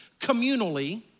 communally